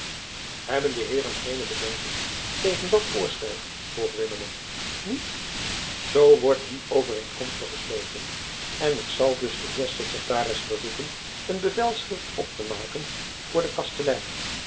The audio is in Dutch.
hebben de heeren geene bedenking tegen dat voorstel vroeg wimmenum niet zoo wordt dien overeenkomstig besloten en ik zal dus den heer sekretaris verzoeken een bevelschrift op te maken voor den kastelein